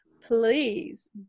please